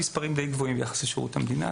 מספרים די גבוהים ביחס לשירות המדינה,